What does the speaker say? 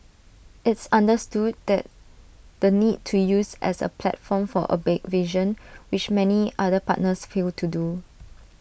it's understood that the need to use as A platform for A big vision which many other partners fail to do